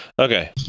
Okay